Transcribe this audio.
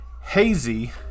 hazy